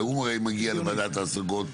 והוא הרי מגיע לוועדת ההשגות.